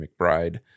McBride